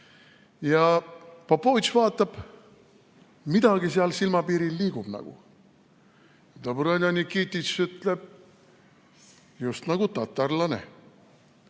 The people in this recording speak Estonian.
Popovitš vaatab, midagi seal silmapiiril liigub nagu. Dobrõnja Nikititš ütleb: "Just nagu tatarlane."